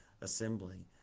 assembly